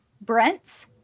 Brent's